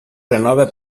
renova